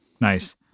Nice